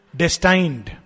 destined